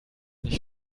nicht